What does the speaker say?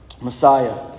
Messiah